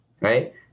right